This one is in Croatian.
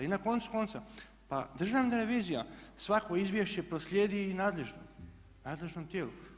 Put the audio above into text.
I na koncu konca pa Državna revizija svako izvješće proslijedi i nadležnom tijelu.